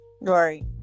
Right